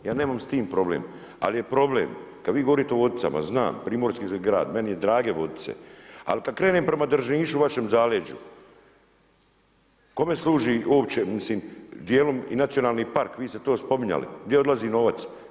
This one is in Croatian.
Ja nemam s tim problem, ali je problem kad vi govorite o Vodicama, znam, primorski grad, meni je drage Vodice, ali kad krenem prema Drnišu u vašem zaleđu, kome služi uopće, mislim dijelom i nacionalni park, vi ste to spominjali, gdje odlazi novac?